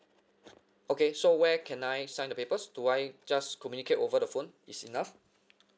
okay so where can I sign the papers do I just communicate over the phone it's enough